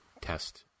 test